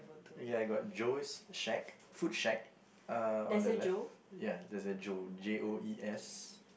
ya I got Joe's shack food shack uh on the left ya there's a joe J_O_E_S